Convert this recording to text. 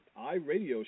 iRadio